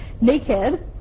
naked